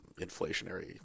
inflationary